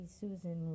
Susan